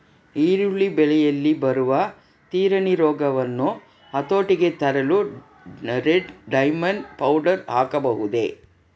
ಈರುಳ್ಳಿ ಬೆಳೆಯಲ್ಲಿ ಬರುವ ತಿರಣಿ ರೋಗವನ್ನು ಹತೋಟಿಗೆ ತರಲು ರೆಡ್ ಡೈಮಂಡ್ ಪೌಡರ್ ಹಾಕಬಹುದೇ?